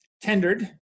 tendered